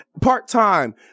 part-time